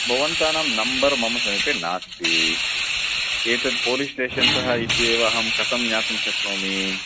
भवतां नम्बर् मम समीपे नास्ति एतत् पोलिस् स्टेशन् तः इत्येव अहं कथं ज्ञातुं शक्नोमि